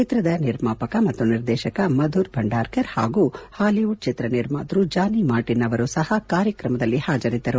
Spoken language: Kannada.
ಚಿತ್ರದ ನಿರ್ಮಾಪಕ ಮತ್ತು ನಿರ್ದೇಶಕ ಮಧುರ್ ಭಂಡಾರ್ಕರ್ ಪಾಗೂ ಪಾಲಿವುಡ್ ಚಿತ್ರ ನಿರ್ಮಾತ್ಯ ಜಾನಿ ಮಾರ್ಟಿನ್ ಅವರು ಸಪ ಕಾರ್ಯಕ್ರಮದಲ್ಲಿ ಹಾಜರಿದ್ದರು